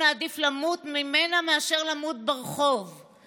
עדיף למות ממנה מאשר למות ברחוב,